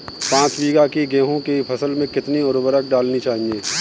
पाँच बीघा की गेहूँ की फसल में कितनी उर्वरक डालनी चाहिए?